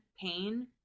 pain